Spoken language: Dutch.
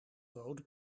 rode